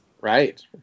right